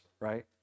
right